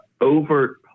overt